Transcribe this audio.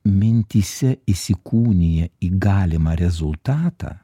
mintyse įsikūnija į galimą rezultatą